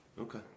Okay